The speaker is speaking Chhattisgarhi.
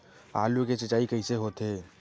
आलू के सिंचाई कइसे होथे?